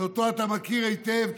שאותו אתה מכיר היטב?